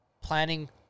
planning